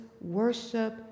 worship